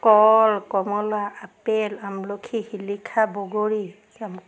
কল কমলা আপেল আমলখি শিলিখা বগৰী